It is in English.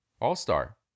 All-star